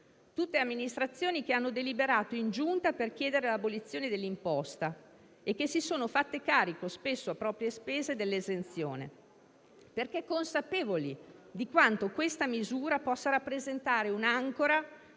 Tutte amministrazioni che hanno deliberato in giunta per chiedere l'abolizione dell'imposta e che si sono fatte carico, spesso a proprie spese, dell'esenzione, perché consapevoli di quanto questa misura possa rappresentare un'ancora